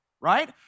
right